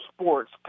sports